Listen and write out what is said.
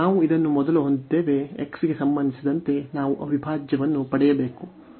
ನಾವು ಇದನ್ನು ಮೊದಲು ಹೊಂದಿದ್ದೇವೆ x ಗೆ ಸಂಬಂಧಿಸಿದಂತೆ ನಾವು ಅವಿಭಾಜ್ಯವನ್ನು ಪಡೆಯಬೇಕು